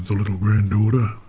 little granddaughter